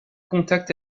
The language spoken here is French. contact